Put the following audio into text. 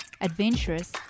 adventurous